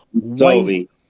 white